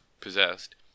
possessed